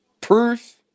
Proof